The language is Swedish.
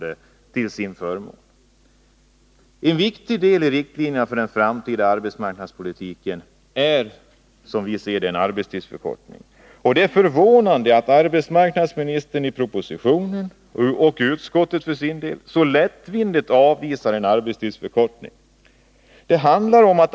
En viktig del i riktlinjerna för den framtida arbetsmarknadspolitiken är, som vi ser det, en arbetstidsförkortning, och det är förvånande att arbetsmarknadsministern i propositionen, och även utskottet, så lättvindigt avvisar en arbetstidsförkortning.